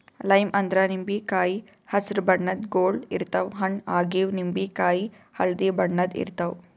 lime ಅಂದ್ರ ನಿಂಬಿಕಾಯಿ ಹಸ್ರ್ ಬಣ್ಣದ್ ಗೊಳ್ ಇರ್ತವ್ ಹಣ್ಣ್ ಆಗಿವ್ ನಿಂಬಿಕಾಯಿ ಹಳ್ದಿ ಬಣ್ಣದ್ ಇರ್ತವ್